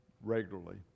regularly